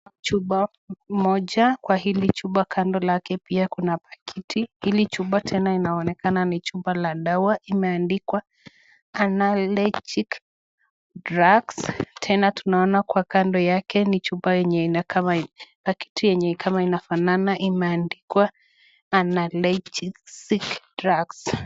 Chupa moja kwa hili chupa kando lake pia kuna paketi. Hili chupa tena inaonekana ni chupa la dawa imeandikwa (cs)analgesic drugs.(cs) Tena tunaona kwa kando yake ni chupa yenye ina kama paketi yenye kama inafanana imeandikwa (cs)analgesic drugs(cs).